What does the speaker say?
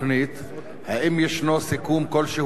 2. האם יש סיכום כלשהו עם בעלי האדמות?